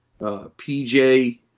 PJ